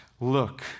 look